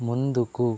ముందుకు